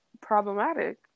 problematic